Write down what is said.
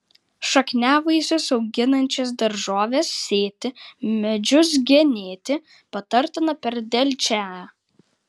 šakniavaisius auginančias daržoves sėti medžius genėti patartina per delčią